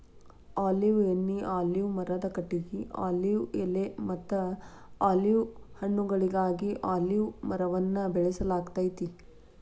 olive ಎಣ್ಣಿ, olive ಮರದ ಕಟಗಿ, ಆಲಿವ್ ಎಲೆಮತ್ತ ಆಲಿವ್ ಹಣ್ಣುಗಳಿಗಾಗಿ ಅಲಿವ್ ಮರವನ್ನ ಬೆಳಸಲಾಗ್ತೇತಿ